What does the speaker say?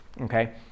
okay